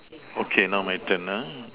okay now my turn ah